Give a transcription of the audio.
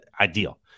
ideal